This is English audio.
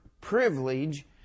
privilege